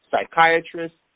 psychiatrists